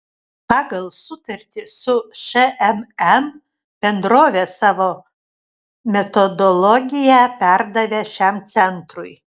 pagal sutartį su šmm bendrovė savo metodologiją perdavė šiam centrui